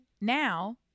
now